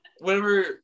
Whenever